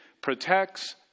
protects